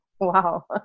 wow